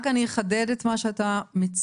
אני רק אחדד את מה שאתה מציע: